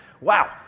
wow